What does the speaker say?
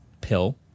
pill